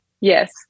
Yes